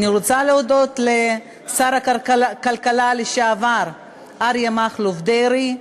אני רוצה להודות לשר הכלכלה לשעבר אריה מכלוף דרעי,